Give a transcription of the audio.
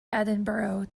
edinburgh